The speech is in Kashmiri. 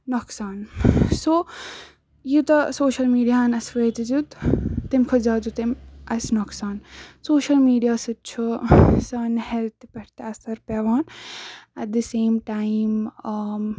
نۄقصان سو یوٗتاہ سوشَل میٖڈیاہَن اَسہِ فٲیِدٕ دیُت تَمہِ کھۄتہٕ زیادٕ دیُت تٔمۍ اَسہِ نۄقصان سوشَل میٖڈیاہَس سۭتۍ چھُ سانہِ ہٮ۪لتھِ پٮ۪ٹھ تہِ اثر پٮ۪وان ایٹ دَ سیم ٹایم